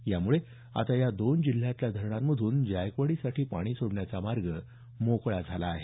यामुळे आता या दोन जिल्ह्यातल्या धरणांमधून जायकवाडीसाठी पाणी सोडण्याचा मार्ग मोकळा झाला आहे